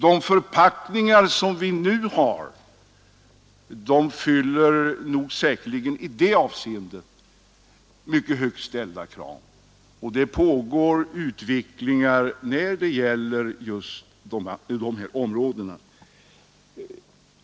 De förpackningar som vi nu har fyller säkerligen i det avseendet mycket högt ställda krav, och det pågår en utveckling på det här området.